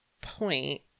point